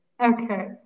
Okay